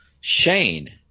Shane